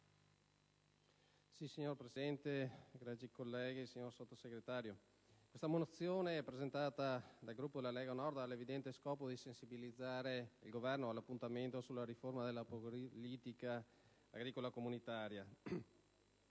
Signor Presidente, egregi colleghi, signor Sottosegretario, la mozione presentata dal Gruppo Lega Nord ha l'evidente scopo di sensibilizzare il Governo in vista dell'appuntamento sulla riforma della politica agricola comune.